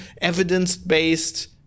evidence-based